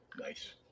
Nice